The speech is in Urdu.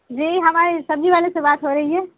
جی ہماری سبزی والے سے بات ہو رہی ہے